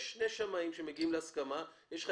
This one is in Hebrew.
יש שני שמאים שמגיעים להסכמה ויש לך